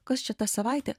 kas čia ta savaitė